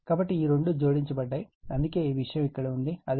కాబట్టి ఈ 2 జోడించబడ్డాయి అందుకే ఈ విషయం ఇక్కడ ఉంది అదేవిధంగా ఇక్కడ ఉంది